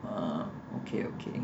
uh okay okay